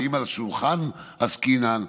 ואם בשולחן עסקינן,